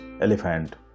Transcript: elephant